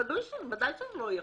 ודאי שהוא לא יכול.